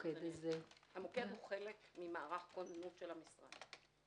המוקד הוא חלק ממערך כוננות של המשרד.